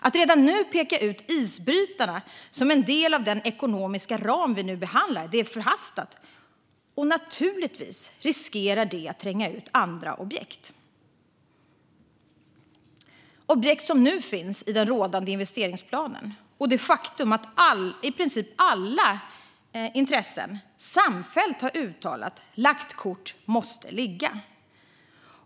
Att redan nu peka ut isbrytarna som en del av den ekonomiska ram vi nu behandlar är förhastat och riskerar naturligtvis att tränga ut andra objekt. Det handlar om objekt som redan nu finns i den rådande investeringsplanen och det faktum att i princip alla intressen samfällt har uttalat att lagt kort måste ligga.